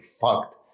fucked